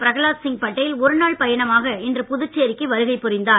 பிரகலாத் சிங் பட்டேல் ஒருநாள் பயணமாக இன்று புதுச்சேரிக்கு வருகை புரிந்தார்